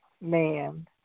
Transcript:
man